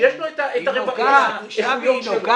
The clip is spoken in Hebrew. שבי,